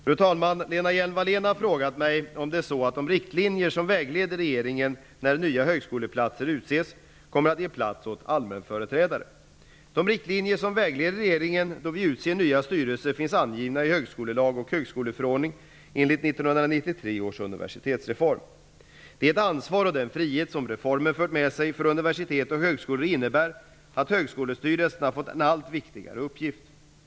Fru talman! Lena Hjelm-Wallén har frågat mig om det är så att de riktlinjer som vägleder regeringen när nya högskolestyrelser utses kommer att ge plats åt allmänföreträdare. De riktlinjer som vägleder regeringen då man utser nya styrelser finns angivna i högskolelag och högskoleförordning enligt 1993 års universitetsreform. Det ansvar och den frihet som reformen fört med sig för universitet och högskolor innebär att högskolestyrelserna fått en allt viktigare uppgift.